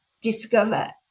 discover